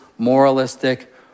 moralistic